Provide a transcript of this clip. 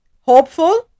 Hopeful